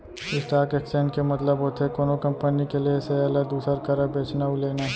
stock exchange के मतलब होथे कोनो कंपनी के लेय सेयर ल दूसर करा बेचना अउ लेना